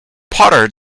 potter